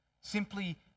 Simply